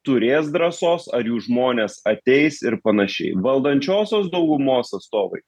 turės drąsos ar jų žmonės ateis ir panašiai valdančiosios daugumos atstovai